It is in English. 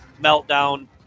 meltdown